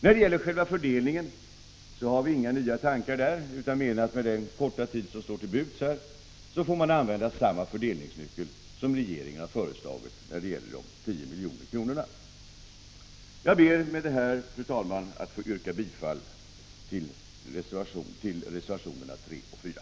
När det gäller fördelningen har vi inga nya tankar utan menar att man under den korta tid som står till buds kan använda samma fördelningsnyckel som regeringen har föreslagit för anslaget på 10 milj.kr. Fru talman! Med detta ber jag att få yrka bifall till reservationerna 3 och 4.